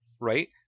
right